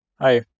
Hi